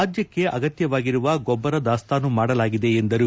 ರಾಜ್ಯಕ್ಕೆ ಅಗತ್ಯವಾಗಿರುವ ಗೊಬ್ಬರ ದಾಸ್ತಾನು ಮಾಡಲಾಗಿದೆ ಎಂದರು